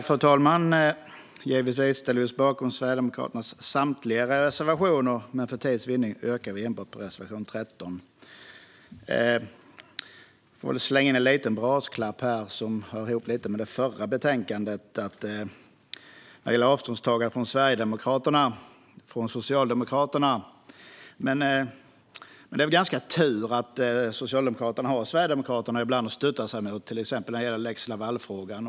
Fru talman! Givetvis ställer vi oss bakom Sverigedemokraternas samtliga reservationer, men för tids vinnande yrkar jag bifall endast till reservation 13. Låt mig slänga in en liten brasklapp som lite hör ihop med det förra betänkandet. Det gäller Socialdemokraternas avståndstagande från Sverigedemokraterna. Visst är det tur att Socialdemokraterna ibland har Sverigedemokraterna att stötta sig mot, till exempel när det gäller lex Laval-frågan.